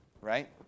right